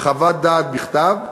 חוות דעת בכתב,